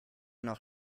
noch